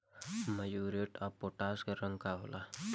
Muriate of potash के रंग का होला?